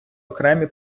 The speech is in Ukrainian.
окремі